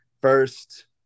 First